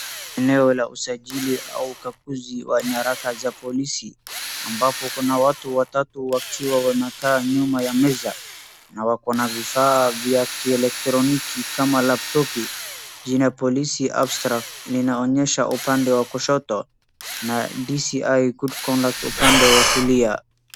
Eneo la usajili au ukaguzi wa nyaraka za polisi, ambapo kuna watu watatu wakiwa wamekaa nyuma ya meza, na wako na vifaa vya kielektroniki kama laptopi . Jina police abstract linaonyesha upande wa kushoto na DcI good conduct upande wa kulia.